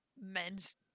men's